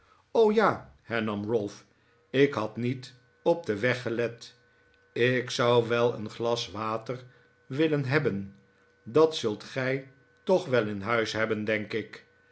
ja hernam ralph ik had niet op den weg gelet ik zou wel een glas water willen hebben dat zult gij toch wel in huis hebben denk ik